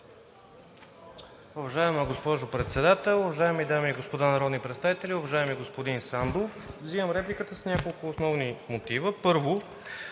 Първо,